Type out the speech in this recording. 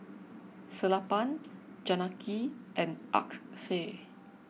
Sellapan Janaki and Akshay